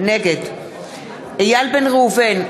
נגד איל בן ראובן,